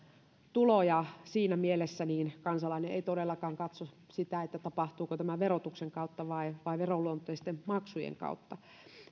tulo ja siinä mielessä kansalainen ei todellakaan katso sitä tapahtuuko tämä verotuksen kautta vai vai veronluonteisten maksujen kautta